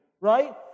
right